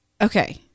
Okay